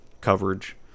coverage